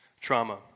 trauma